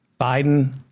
Biden